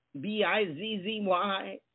B-I-Z-Z-Y